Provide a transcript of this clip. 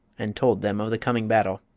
and told them of the coming battle.